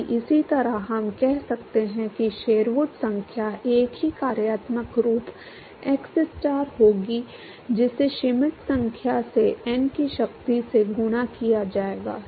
यदि इसी तरह हम कह सकते हैं कि शेरवुड संख्या एक ही कार्यात्मक रूप xstar होगी जिसे श्मिट संख्या से n की शक्ति से गुणा किया जाएगा